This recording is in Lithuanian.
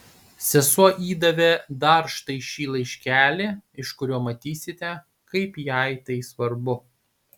sesuo įdavė dar štai šį laiškelį iš kurio matysite kaip jai tai svarbu